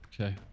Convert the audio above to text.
Okay